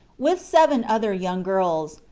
with seven other young girls,